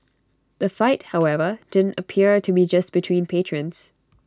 the fight however didn't appear to be just between patrons